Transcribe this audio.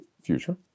future